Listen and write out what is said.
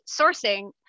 sourcing